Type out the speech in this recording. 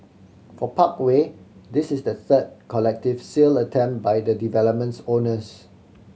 for Parkway this is the third collective sale attempt by the development's owners